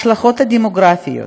השלכות דמוגרפיות,